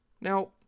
Now